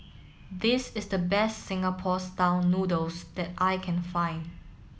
this is the best Singapore style noodles that I can find